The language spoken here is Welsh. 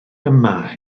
yma